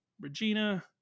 Regina